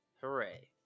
Hooray